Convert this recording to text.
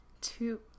Two